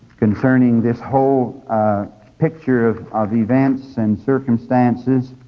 concerning this whole picture of of events and circumstances.